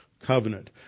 covenant